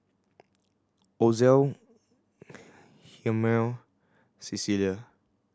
Ozell Hjalmer Cecelia